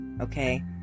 okay